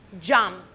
Jump